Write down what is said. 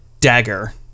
dagger